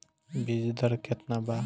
बीज दर केतना बा?